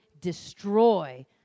destroy